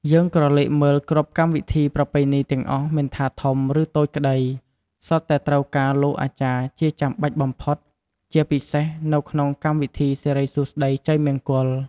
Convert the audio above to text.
យើងក្រឡេកមើលគ្រប់កម្មវិធីប្រពៃណីទាំងអស់មិនថាធំឬតូចក្តីសុទ្ធតែត្រូវការលោកអាចារ្យជាចាំបាច់បំផុត ជាពិសេសនៅក្នុងកម្មវិធីសិរិសួស្តីជ័យមង្គល។